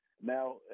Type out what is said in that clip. Now